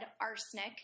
arsenic